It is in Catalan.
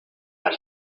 per